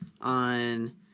on